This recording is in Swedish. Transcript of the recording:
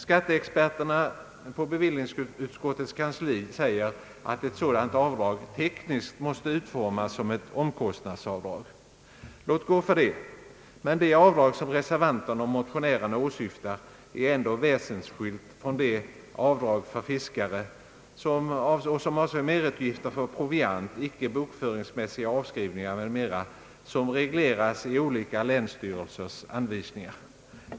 Skatteexperterna på bevillningsutskottets kansli säger, att ett sådant avdrag tekniskt måste utformas som ett omkostnadsavdrag. Låt gå för det, men det avdrag som reservanterna och motionärerna åsyftar är ändå väsensskilt från de avdrag för fiskare — avseende merutgifter för proviant, icke bokföringsmässiga avskrivningar m.m. — som regleras i olika länsstyrelsers anvisningar.